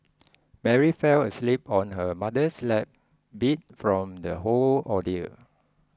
Mary fell asleep on her mother's lap beat from the whole ordeal